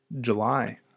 July